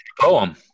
poem